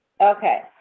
Okay